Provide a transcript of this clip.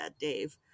Dave